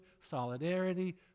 solidarity